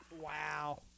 Wow